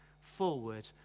forward